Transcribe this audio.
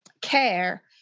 care